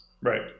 Right